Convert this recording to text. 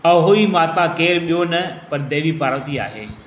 अहोई माता केरु ॿियों न पर देवी पार्वती आहे